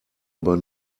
aber